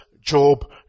Job